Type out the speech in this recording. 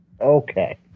Okay